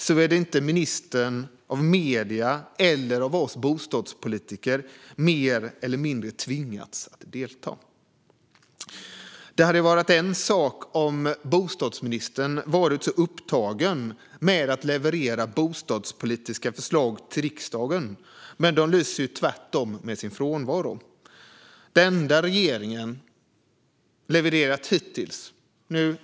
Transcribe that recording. Ministern gör inte detta såvida han inte av medier eller av oss bostadspolitiker mer eller mindre tvingas att delta. Det hade varit en sak om bostadsministern varit upptagen med att leverera bostadspolitiska förslag till riksdagen, men de lyser tvärtom med sin frånvaro.